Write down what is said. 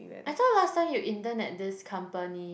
I thought last time you intern at this company